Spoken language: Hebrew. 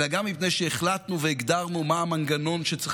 אלא גם מפני שהחלטנו והגדרנו מה המנגנון שצריך